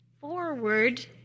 forward